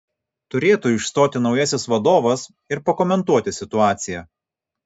turėtų išstoti naujasis vadovas ir pakomentuoti situaciją